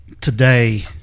today